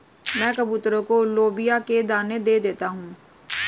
मैं कबूतरों को लोबिया के दाने दे देता हूं